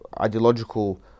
ideological